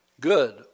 good